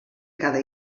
cada